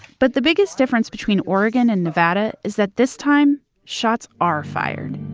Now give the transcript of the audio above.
but the biggest difference between oregon and nevada is that this time, shots are fired